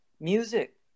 music